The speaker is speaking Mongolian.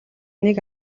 нэг